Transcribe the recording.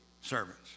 servants